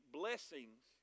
blessings